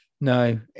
No